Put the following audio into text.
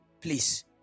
please